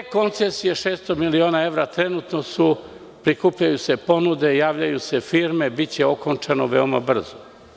Dve koncesije, 600 miliona evra, trenutno se prikupljaju ponude, javljaju se firme, biće okončano veoma brzo.